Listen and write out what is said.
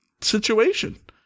situation